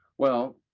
well,